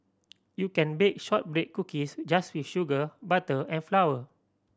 you can bake shortbread cookies just with sugar butter and flour